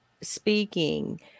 speaking